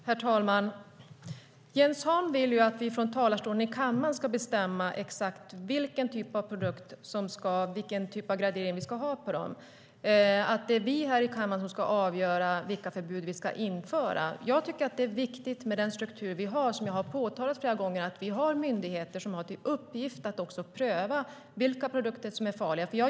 Herr talman! Jens Holm vill att vi från talarstolen i kammaren ska bestämma vilken gradering vi ska ha på olika produkter och att vi här i kammaren ska avgöra vilka förbud vi ska införa. Som jag har påtalat flera gånger tycker jag att det är bra med den struktur vi har. Vi har myndigheter som har till uppgift att pröva vilka produkter som är farliga.